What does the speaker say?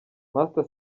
master